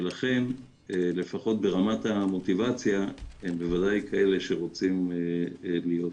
לכן לפחות ברמת המוטיבציה הם בוודאי כאלה שרוצים להיות כאן.